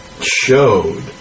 showed